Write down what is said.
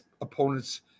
opponent's